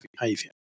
behavior